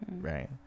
right